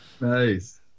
Nice